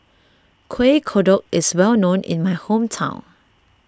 Kuih Kodok is well known in my hometown